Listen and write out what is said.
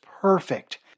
perfect